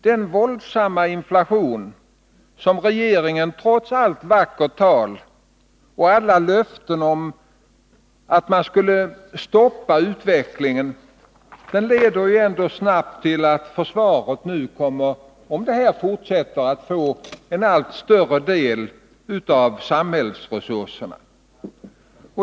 Den våldsamma inflationen leder, trots allt vackert tal och alla löften från regeringen om att stoppa denna utveckling, ändå snabbt till att försvaret, om den här utvecklingen fortsätter, kommer att få en allt större del av samhällsresurserna.